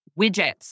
widgets